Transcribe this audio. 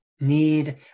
need